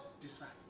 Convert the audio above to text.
decides